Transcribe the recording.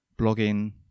blogging